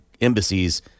embassies